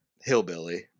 hillbilly